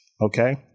Okay